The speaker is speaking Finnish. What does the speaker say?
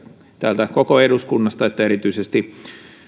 täältä koko eduskunnasta että erityisesti